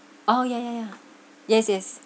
oh ya ya ya yes yes